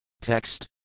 Text